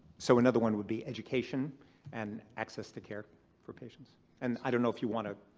so another one would be education and access to care for patients and i don't know if you want to.